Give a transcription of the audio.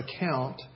account